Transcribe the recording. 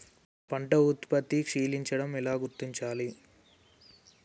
పంట ఉత్పత్తి క్షీణించడం ఎలా గుర్తించాలి?